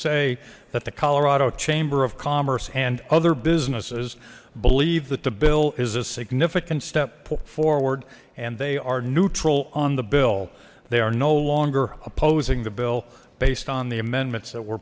say that the colorado chamber of commerce and other businesses believe that the bill is a significant step forward and they are neutral on the bill they are no longer opposing the bill based on the amendments that were